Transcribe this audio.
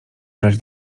brać